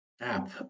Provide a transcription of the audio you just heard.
app